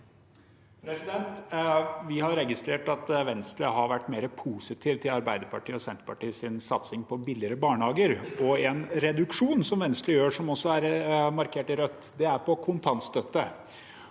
Vi har regist- rert at Venstre har vært mer positiv til Arbeiderpartiet og Senterpartiets satsing på billigere barnehager. En reduksjon som Venstre gjør, som også er markert i rødt, gjelder kontantstøtte.